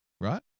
right